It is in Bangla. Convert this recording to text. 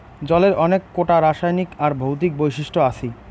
জলের অনেক কোটা রাসায়নিক আর ভৌতিক বৈশিষ্ট আছি